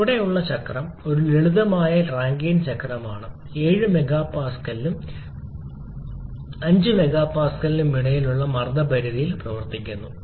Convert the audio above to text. ചുവടെയുള്ള ചക്രം ഒരു ലളിതമായ റാങ്കൈൻ ചക്രമാണ് 7 MPa നും 5 kPa നും ഇടയിലുള്ള മർദ്ദ പരിധിയിൽ പ്രവർത്തിക്കുന്നു